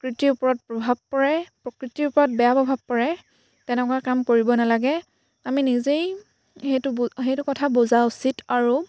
প্ৰকৃতিৰ ওপৰত প্ৰভাৱ পৰে প্ৰকৃতিৰ ওপৰত বেয়া প্ৰভাৱ পৰে তেনেকুৱা কাম কৰিব নালাগে আমি নিজেই সেইটো বুজ সেইটো কথা বুজা উচিত আৰু